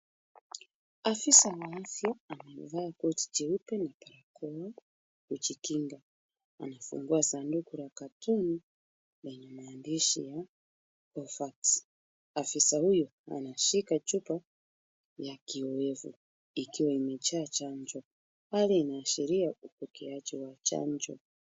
Afisa mweusi aliyevaa koti jeupe na barakoa kujikinga anafungua sanduku la katoni lenye maandishi ya vaccine . Afisa huyu anashika chupa ya kiowevu ikiwa imejaa chanjo. Hlai inaashiria upokeaji wa chanjo.